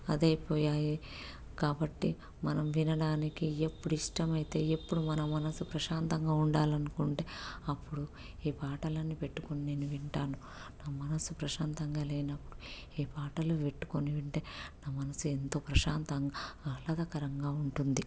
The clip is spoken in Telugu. అదయిపోయాయి కాబట్టి మనం వినడానికి ఎప్పుడిష్టమైతే ఎప్పుడు మన మనసు ప్రశాంతంగా ఉండాలనుకుంటే అప్పుడు ఈ పాటలని పెట్టుకొని నేను వింటాను నా మనసు ప్రశాంతంగా లేనప్పుడు పాటలు పెట్టుకొని వింటే నా మనసు ఎంతో ప్రశాంతంగా ఆహ్లాదకరంగా ఉంటుంది